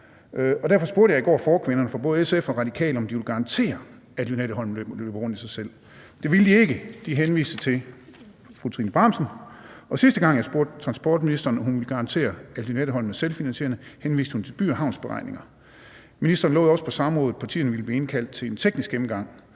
Derfor spurgte jeg i går forkvinderne for både SF og Radikale, om de ville garantere, at Lynetteholmen i sig selv løber rundt. Det ville de ikke. De henviste til transportministeren. Og sidste gang jeg spurgte transportministeren, om hun ville garantere, at Lynetteholmen er selvfinansierende, henviste hun til By & Havns beregninger. Ministeren lovede også på samrådet, at partierne ville blive indkaldt til en teknisk gennemgang